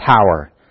power